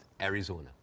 Arizona